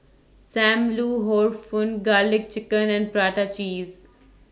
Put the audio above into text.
SAM Lau Hor Fun Garlic Chicken and Prata Cheese